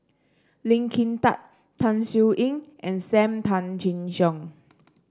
Lee Kin Tat Tan Siew Sin and Sam Tan Chin Siong